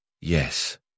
Yes